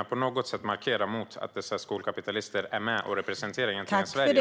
att man på något sätt skulle kunna markera mot att dessa skolkapitalister är med och representerar Sverige.